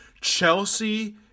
Chelsea